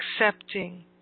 accepting